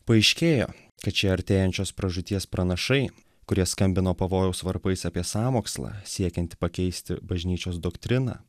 paaiškėjo kad šie artėjančios pražūties pranašai kurie skambino pavojaus varpais apie sąmokslą siekiantį pakeisti bažnyčios doktriną